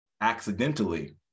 accidentally